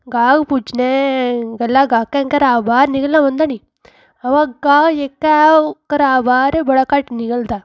गाह्क पुज्जने गल्ला गाह्के घरा बाह्र निकलना पौंदा नी अबाऽ गाह्क जेह्का ऐ ओह् घरा बाह्र बड़ा घट्ट निकलदा